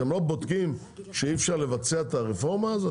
אתם לא בודקים שאי אפשר לבצע את הרפורמה הזאת?